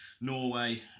Norway